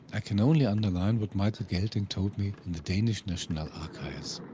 i can only underline what michael gelting told me in the danish national archives.